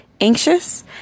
anxious